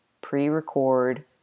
pre-record